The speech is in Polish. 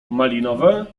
malinowe